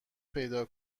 پیدا